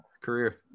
career